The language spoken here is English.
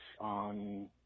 on